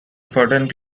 certain